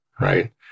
right